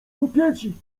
rupieci